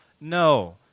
no